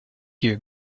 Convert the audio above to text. you